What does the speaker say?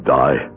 die